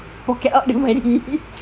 pocket up the money